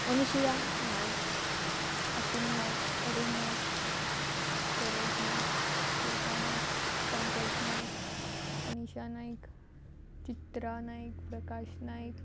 Anusuya Nayak Ashwini Naik Arun Nayak Saroj Nayak Shweta Nayak Pankaj Nayak Anisha Nayak Chitra Nayak Prakash Naik